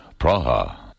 Praha